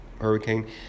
hurricane